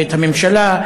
את הממשלה,